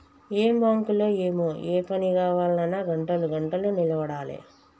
ఏం బాంకులో ఏమో, ఏ పని గావాల్నన్నా గంటలు గంటలు నిలవడాలె